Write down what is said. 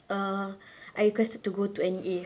err I requested to go to N_E_A